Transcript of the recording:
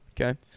okay